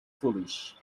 foolish